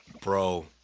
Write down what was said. Bro